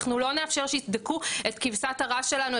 אנחנו לא נאפשר שיבדקו את כבשת הרש שלנו,